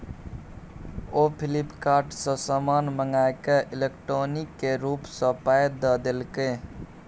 ओ फ्लिपकार्ट सँ समान मंगाकए इलेक्ट्रॉनिके रूप सँ पाय द देलकै